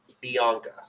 Bianca